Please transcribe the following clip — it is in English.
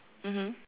mmhmm